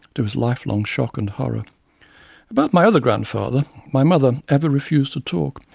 to his life-long shock and horror about my other grandfather, my mother ever refused to talk.